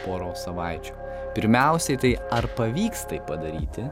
poros savaičių pirmiausiai tai ar pavyks tai padaryti